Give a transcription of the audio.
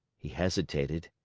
he hesitated,